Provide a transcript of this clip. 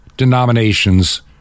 Denominations